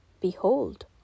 Behold